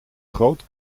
groot